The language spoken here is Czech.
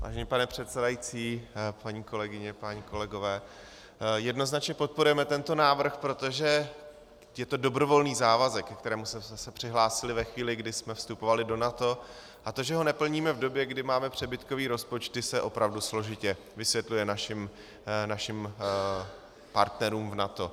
Vážený pane předsedající, paní kolegyně, páni kolegové, jednoznačně podporujeme tento návrh, protože je to dobrovolný závazek, ke kterému jsme se přihlásili ve chvíli, kdy jsme vstupovali do NATO, a to, že ho neplníme v době, kdy máme přebytkové rozpočty, se opravdu složitě vysvětluje našim partnerům v NATO.